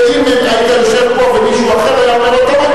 שאם היית יושב פה ומישהו אחר היה אומר אותם,